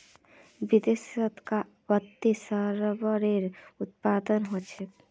विदेशत कां वत्ते रबरेर उत्पादन ह छेक